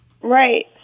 Right